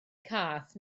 cath